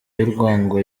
y’urwango